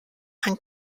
and